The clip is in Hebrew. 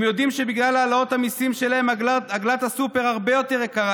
הם יודעים שבגלל העלאות המיסים שלהם עגלת הסופר הרבה יותר יקרה.